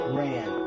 ran